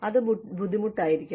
അത് ബുദ്ധിമുട്ടായിരിക്കും